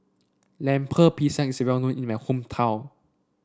Lemper Pisang is well known in my hometown